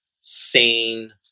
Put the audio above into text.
sane